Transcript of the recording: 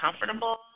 comfortable